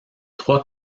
trois